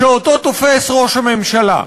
שאותו תופס ראש הממשלה.